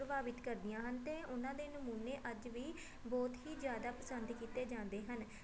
ਪ੍ਰਭਾਵਿਤ ਕਰਦੀਆਂ ਹਨ ਅਤੇ ਉਹਨਾਂ ਦੇ ਨਮੂਨੇ ਅੱਜ ਵੀ ਬਹੁਤ ਹੀ ਜ਼ਿਆਦਾ ਪਸੰਦ ਕੀਤੇ ਜਾਂਦੇ ਹਨ